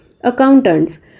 Accountants